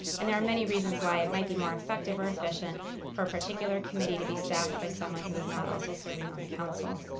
and there are many reasons why it might be more effective or efficient for a particular committee to be staffed by someone who is not also serving on the council.